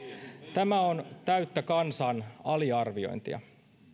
tämä on täyttä kansan aliarviointia